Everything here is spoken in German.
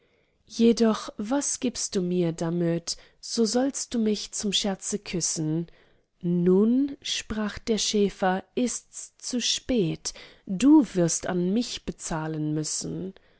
jedoch was gibst du mir damöt so sollst du mich zum scherze küssen nun sprach der schäfer ists zu spät du wirst an mich bezahlen müssen